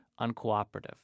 uncooperative